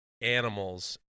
animals